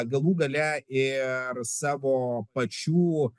galų gale ir savo pačių